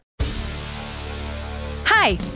Hi